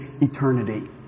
eternity